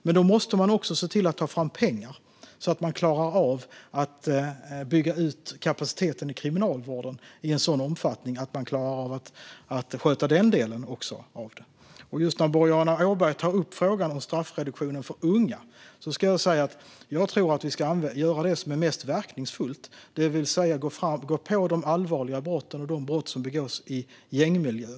Men ska man göra detta behöver man också ta fram pengar så att man klarar av att bygga ut kapaciteten i kriminalvården i en sådan omfattning att man klarar av att sköta den delen av det också. Boriana Åberg tar upp frågan om straffreduktionen för unga, och jag ska säga att jag tror att vi ska göra det som är mest verkningsfullt, det vill säga gå på de allvarliga brotten och de brott som begås i gängmiljö.